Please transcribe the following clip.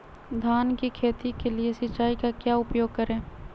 धान की खेती के लिए सिंचाई का क्या उपयोग करें?